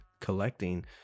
collecting